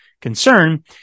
concern